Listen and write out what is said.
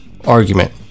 argument